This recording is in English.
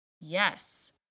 Yes